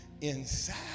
Inside